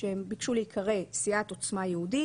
הם ביקשו להיקרא סיעת עוצמה יהודית.